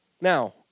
Now